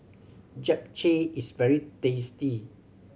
japchae is very tasty